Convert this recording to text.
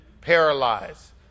Paralyzed